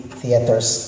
theaters